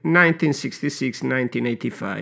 1966-1985